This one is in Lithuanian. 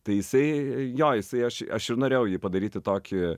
tai jisai jo jisai aš aš ir norėjau jį padaryti tokį